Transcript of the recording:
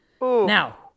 Now